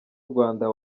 rwanda